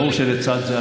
ברור שלצד זה,